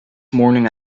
morning